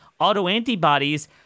autoantibodies